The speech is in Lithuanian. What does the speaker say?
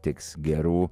teiks gerų